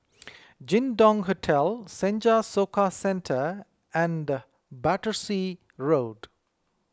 Jin Dong Hotel Senja Soka Centre and Battersea Road